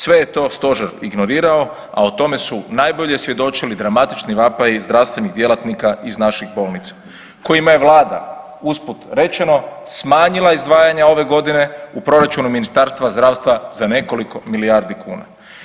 Sve je to stožer ignorirao, a o tome su najbolje svjedočili dramatični vapaji zdravstvenih djelatnika iz naših bolnica kojima je vlada usput rečeno smanjila izdvajanja ove godine u proračunu Ministarstva zdravstva za nekoliko milijardi kuna.